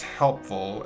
helpful